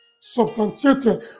substantiated